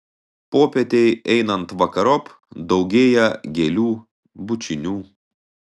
popietei einant vakarop daugėja gėlių bučinių